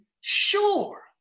sure